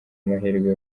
amahirwe